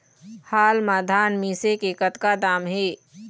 हाल मा धान मिसे के कतका दाम हे?